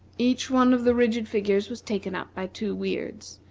each one of the rigid figures was taken up by two weirds,